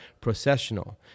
processional